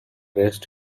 arrest